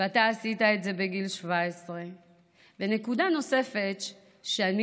אתה עשית את זה בגיל 17. ונקודה נוספת שאני